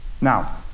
Now